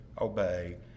obey